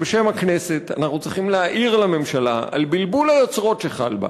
שבשם הכנסת אנחנו צריכים להעיר לממשלה על בלבול היוצרות שחל בה.